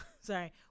sorry